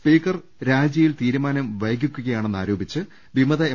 speaker രാജിയിൽ തീരുമാനം വൈകിക്കുകയാണെന്ന് ആരോപിച്ച് വിമത എം